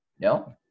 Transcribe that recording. No